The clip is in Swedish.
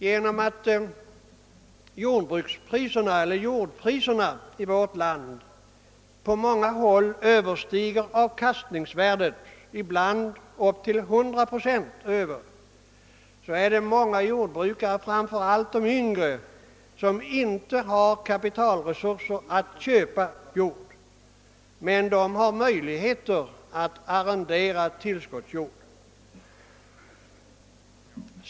Genom att jordpriserna i vårt land på många håll överstiger avkastningsvärdet, ibland upp till och över 100 procent är det många jordbrukare, framför allt yngre, som inte har kapitalresurser att köpa jord men som har möjligheter att arrendera tillskottsjord.